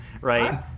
right